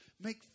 Make